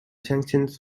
sanctions